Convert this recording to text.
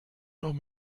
noch